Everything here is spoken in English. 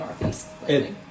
northeast